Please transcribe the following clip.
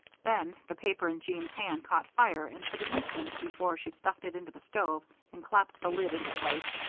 then the paper in jean's hand caught fire, and for the instant before she stuffed it into the stove and clapped the lid into place,